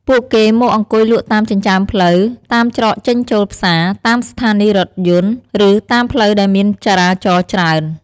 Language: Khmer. ពួកគេមកអង្គុយលក់តាមចិញ្ចើមផ្លូវ តាមច្រកចេញចូលផ្សារ តាមស្ថានីយរថយន្ត ឬតាមផ្លូវដែលមានចរាចរច្រើន។